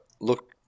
Look